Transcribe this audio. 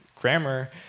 grammar